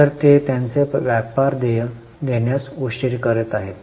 तर ते त्यांचे व्यापार देय देण्यास उशीर करीत आहेत